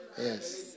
Yes